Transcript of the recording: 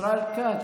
ישראל כץ.